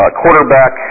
quarterback